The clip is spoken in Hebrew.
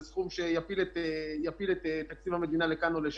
סכום שיפיל את תקציב המדינה לכאן או לשם.